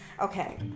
Okay